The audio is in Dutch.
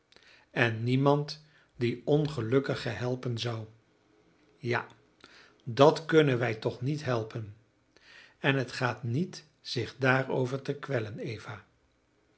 en niemand die ongelukkige helpen zou ja dat kunnen wij toch niet helpen en het gaat niet zich daarover te kwellen eva